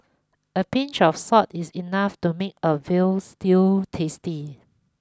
a pinch of salt is enough to make a veal stew tasty